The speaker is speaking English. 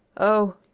oh,